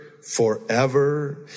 forever